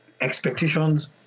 expectations